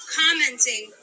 commenting